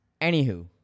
Anywho